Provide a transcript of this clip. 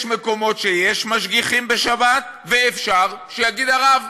יש מקומות שיש משגיחים בשבת, ואפשר, שיגיד הרב,